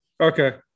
Okay